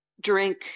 drink